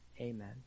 amen